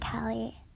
Callie